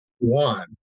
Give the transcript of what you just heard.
One